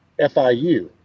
FIU